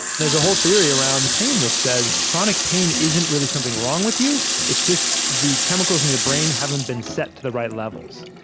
there's a whole theory around pain that says that chronic pain isn't really something wrong with you it's just, the chemicals in your brain haven't been set to the right levels.